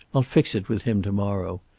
i'll fix it with him to-morrow.